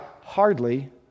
Hardly